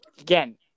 again